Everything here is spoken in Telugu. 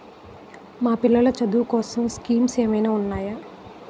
మా పిల్లలు చదువు కోసం స్కీమ్స్ ఏమైనా ఉన్నాయా?